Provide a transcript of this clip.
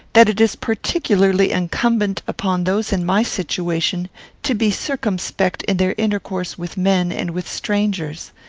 that it is particularly incumbent upon those in my situation to be circumspect in their intercourse with men and with strangers.